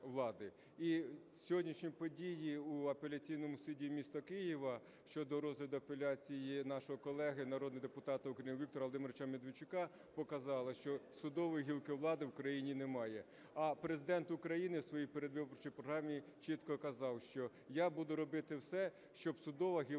І сьогоднішні події в Апеляційному суді міста Києва щодо розгляду апеляції нашого колеги народного депутата України Віктора Володимировича Медведчука показали, що судової гілки влади в Україні немає. А Президент України в своїй передвиборчій програмі чітко казав, що "я буду робити все, щоб судова гілка влади